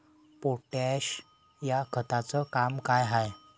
Potash या खताचं काम का हाय?